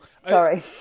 sorry